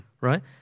right